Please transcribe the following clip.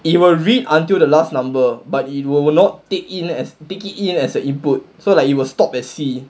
you will read until the last number but it will not take in as take it in as the input so like it will stop at C